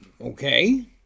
Okay